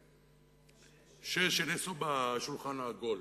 שנעשו בשולחן העגול?